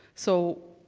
so,